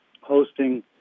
hosting